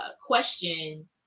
question